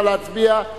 נא להצביע.